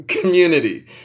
community